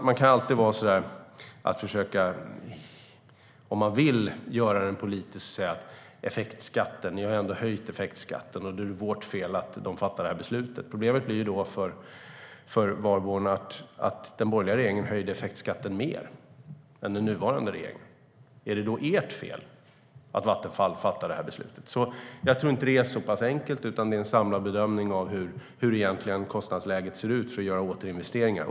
Man kan alltid, om man vill göra frågan politisk, säga att regeringen har höjt effektskatten och därför är det vårt fel att Vattenfall fattar det beslutet. Men problemet för Warborn blir att den borgerliga regeringen höjde effektskatten mer än den nuvarande regeringen. Är det då ert fel att Vattenfall fattar det beslutet, Jörgen Warborn? Jag tror inte att det är så enkelt, utan det krävs en samlad bedömning av kostnadsläget för att kunna göra återinvesteringar.